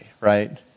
Right